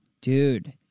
Dude